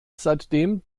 seitdem